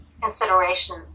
consideration